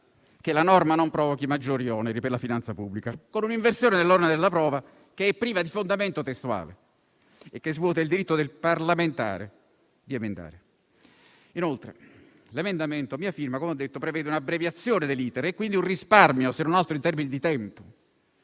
che la norma non provochi maggiori oneri per la finanza pubblica, con un'inversione dell'onere della prova che è priva di fondamento testuale e che svuota il diritto di emendare del parlamentare. Inoltre, l'emendamento a mia firma, come ho detto, prevede un'abbreviazione dell'*iter* e quindi un risparmio, se non altro in termini di tempo,